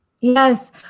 Yes